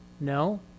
No